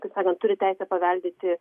kaip sakant turi teisę paveldėti